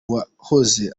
uwahoze